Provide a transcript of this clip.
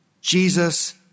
Jesus